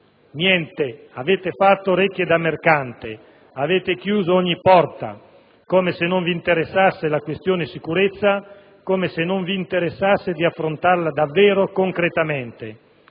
Niente! Avete fatto orecchie da mercante. Avete chiuso ogni porta, come se non vi interessasse la questione sicurezza, come se non vi interessasse affrontarla davvero, concretamente.